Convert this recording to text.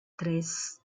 tres